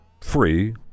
free